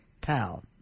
pal